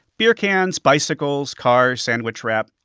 beer cans, bicycles, cars, sandwich wrap.